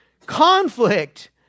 Conflict